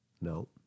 No